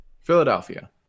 Philadelphia